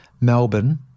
Melbourne